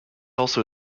also